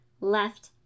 left